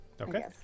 Okay